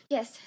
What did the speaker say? Yes